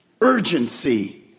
urgency